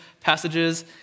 passages